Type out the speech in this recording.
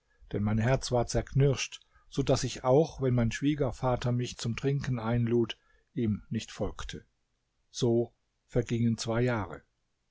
denn mein herz war zerknirscht so daß ich auch wenn mein schwiegervater mich zum trinken einlud ihm nicht folgte so vergingen zwei jahre